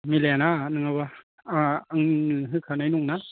मिलायाना नङाबा आंहा आंनो होखानाय दं ना